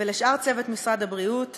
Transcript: ולשאר צוות משרד הבריאות,